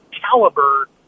caliber